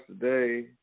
today